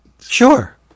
Sure